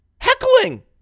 heckling